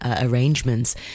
arrangements